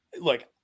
look –